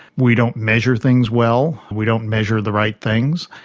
we don't measure things well, we don't measure the right things,